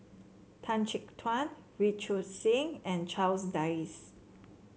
Tan Chin Tuan Wee Choon Seng and Charles Dyce